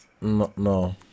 no